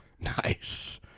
Nice